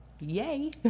yay